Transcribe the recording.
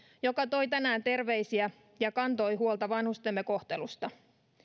joka toi tänään terveisiä ja kantoi huolta vanhustemme kohtelusta